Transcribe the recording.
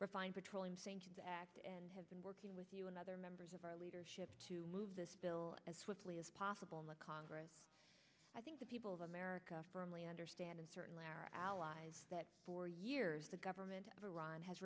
refined petroleum sanctions act and have been working with you and other members of our leadership to move this bill as swiftly as possible in the congress i think the people of america firmly understand and certainly our allies that for years the government of iran has